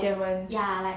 结婚